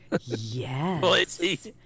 Yes